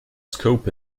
scope